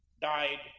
died